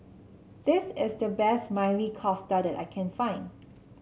this is the best Maili Kofta that I can find